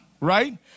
right